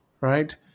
right